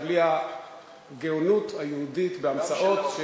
ובלי הגאונות היהודית בהמצאות,